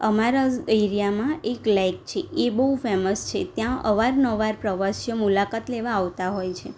અમારા એરિયામાં એક લેક છે એ બહુ ફેમસ છે ત્યાં અવારનવાર પ્રવાસીઓ મુલાકાત લેવા આવતા હોય છે